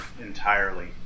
entirely